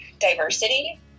Diversity